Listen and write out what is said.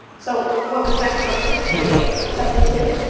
so what was mexico sixty eight? seventy two?